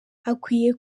hakwiye